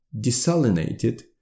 desalinated